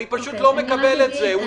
אני פשוט לא מקבל את זה.